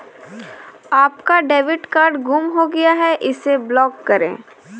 आपका debit card गुम हो गया है इसे ब्लॉक करें